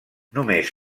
només